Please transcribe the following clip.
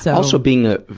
so also, being a,